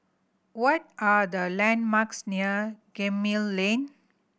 what are the landmarks near Gemmill Lane